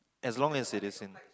as long as it is in